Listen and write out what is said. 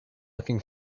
looking